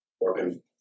working